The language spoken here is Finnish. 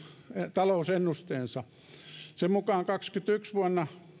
talousennusteensa sen mukaan kaksituhattakaksikymmentäyksi vuonna